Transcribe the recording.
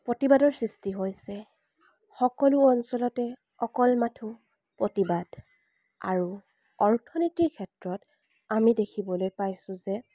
প্ৰতিবাদৰ সৃষ্টি হৈছে সকলো অঞ্চলতে অকল মাথোঁ প্ৰতিবাদ আৰু অৰ্থনীতিৰ ক্ষেত্ৰত আমি দেখিবলৈ পাইছোঁ যে